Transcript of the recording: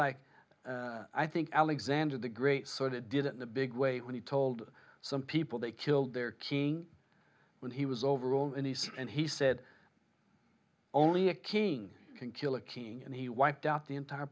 like i think alexander the great sort of did it in a big way when he told some people they killed their king when he was over all and he's and he said only a king can kill a king and he wiped out the entire